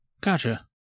Gotcha